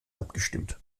abgestimmt